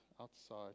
outside